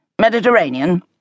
Mediterranean